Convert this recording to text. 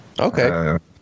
Okay